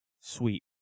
Sweet